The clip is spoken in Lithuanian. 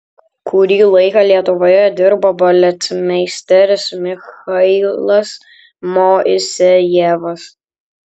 kurį laiką lietuvoje dirbo baletmeisteris michailas moisejevas